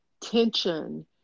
tension